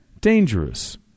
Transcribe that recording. dangerous